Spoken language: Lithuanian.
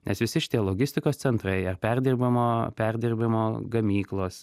nes visi šitie logistikos centrai ar perdirbamo perdirbimo gamyklos